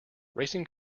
racing